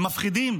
הם מפחידים.